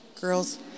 girls